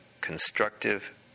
constructive